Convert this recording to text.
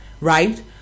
right